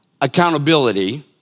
accountability